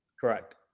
Correct